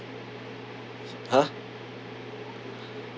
!huh!